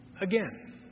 again